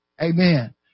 Amen